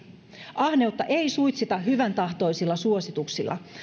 ahneutta ei suitsita hyväntahtoisilla suosituksilla